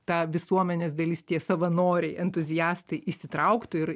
tą visuomenės dalis tie savanoriai entuziastai įsitrauktų ir